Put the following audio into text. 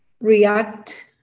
react